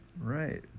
right